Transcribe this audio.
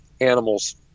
Animals